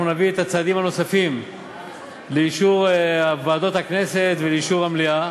נביא את הצעדים הנוספים לאישור ועדות הכנסת ולאישור המליאה.